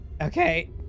Okay